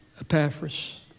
Epaphras